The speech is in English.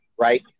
right